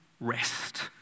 rest